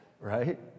right